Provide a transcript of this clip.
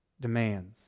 demands